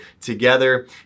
together